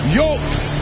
yokes